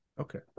Okay